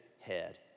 head